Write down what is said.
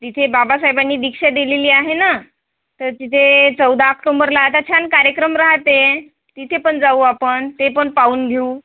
तिथे बाबासाहेबांनी दीक्षा दिलेली आहे ना तर तिथे चौदा ऑक्टोंबरला आता छान कार्यक्रम राहते तिथे पण जाऊ आपण ते पण पाहून घेऊ